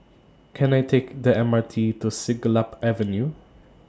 Can I Take The M R T to Siglap Avenue